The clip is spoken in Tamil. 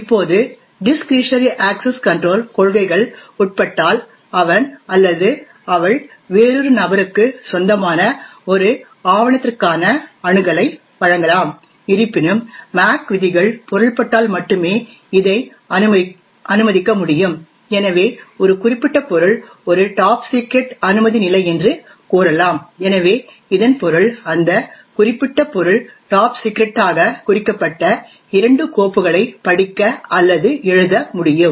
இப்போது டிஸ்க்ரிஷனரி அக்சஸ் கன்ட்ரோல் கொள்கைகள் உட்பட்டால் அவன் அல்லது அவள் வேறொரு நபருக்கு சொந்தமான ஒரு ஆவணத்திற்கான அணுகலை வழங்கலாம் இருப்பினும் MAC விதிகள் பொருள்பட்டால் மட்டுமே இதை அனுமதிக்க முடியும் எனவே ஒரு குறிப்பிட்ட பொருள் ஒரு டாப் சிக்ரெட் அனுமதி நிலை என்று கூறலாம் எனவே இதன் பொருள் அந்த குறிப்பிட்ட பொருள் டாப் சிக்ரெட்டாக குறிக்கப்பட்ட இரண்டு கோப்புகளைப் படிக்க அல்லது எழுத முடியும்